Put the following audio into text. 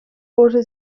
wurde